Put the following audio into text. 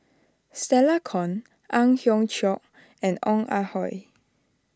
Stella Kon Ang Hiong Chiok and Ong Ah Hoi